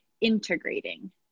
integrating